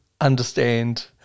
understand